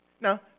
Now